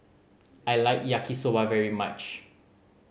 I like Yaki Soba very much